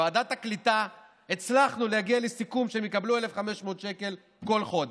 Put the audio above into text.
בוועדת הקליטה הצלחנו להגיע לסיכום שהם יקבלו 1,500 שקל בכל חודש.